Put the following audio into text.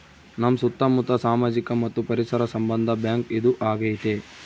ನಮ್ ಸುತ್ತ ಮುತ್ತ ಸಾಮಾಜಿಕ ಮತ್ತು ಪರಿಸರ ಸಂಬಂಧ ಬ್ಯಾಂಕ್ ಇದು ಆಗೈತೆ